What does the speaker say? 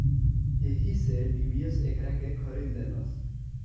एही से डी.बी.एस एकरा के खरीद लेलस